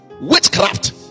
Witchcraft